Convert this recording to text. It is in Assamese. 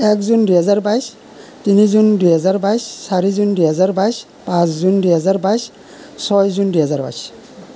এক জুন দুহেজাৰ বাইছ তিনি জুন দুহেজাৰ বাইছ চাৰি জুন দুহেজাৰ বাইছ পাঁচ জুন দুহেজাৰ বাইছ ছয় জুন দুহেজাৰ বাইছ